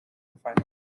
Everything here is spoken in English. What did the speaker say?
refinery